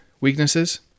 weaknesses